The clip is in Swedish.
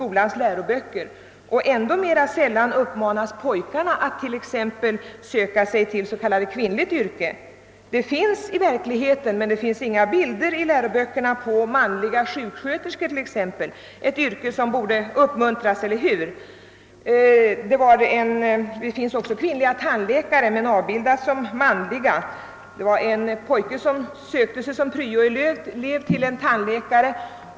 Och ändå mera sällan uppmanas pojkarna att söka sig till s.k. kvinnliga yrken. Det finns i verkligheten — men det finns inga bilder i läroböckerna som visar det — manliga sjuksköterskor, ett yrke som väl borde uppmuntras. Det finns också kvinnliga tandläkare men endast manliga avbildas. Detta har hänt i år: En pojke sökte sig som pryoelev till en tandläkare.